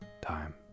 time